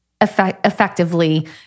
effectively